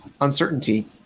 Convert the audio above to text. uncertainty